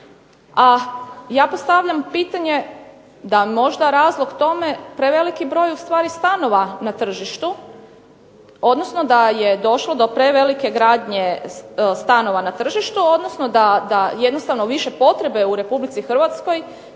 a ja postavljam pitanje da li je možda razlog tome preveliki broj ustvari stanova na tržištu, odnosno da je došlo do prevelike gradnje stanova na tržištu, odnosno da jednostavno više potrebe u Republici Hrvatskoj,